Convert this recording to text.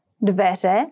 dveře